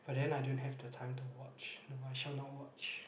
but then I don't have the time to watch no I shall not watch